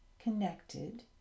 connected